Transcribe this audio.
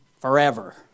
forever